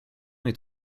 est